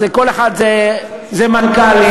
זה מנכ"לים,